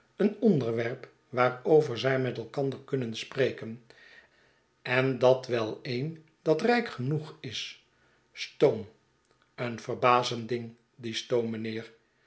een onderwerp waarover zij met elkander kunnen spreken en dat wel een dat rijk genoeg is stoom i een verbazend ding die